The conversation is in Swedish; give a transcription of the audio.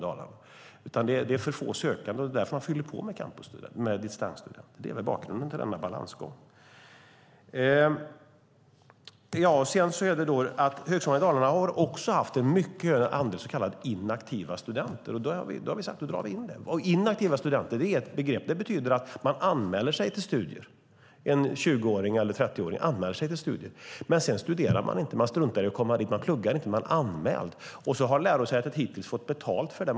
Det är för få sökande, och det är därför man fyller på med distansstudenter. Det är bakgrunden till balansgången. Högskolan Dalarna har också haft en mycket stor andel så kallade inaktiva studenter. Därför har vi sagt att vi drar in det här. Inaktiva studenter är ett begrepp som betyder att någon - en 20-åring eller 30-åring - anmäler sig till studier men sedan inte studerar. Man struntar i ett komma dit, och man pluggar inte. Man är anmäld, och lärosätet har hittills fått betalt för detta.